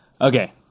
Okay